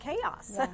chaos